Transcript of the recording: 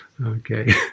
Okay